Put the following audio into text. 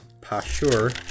Pashur